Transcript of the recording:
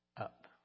up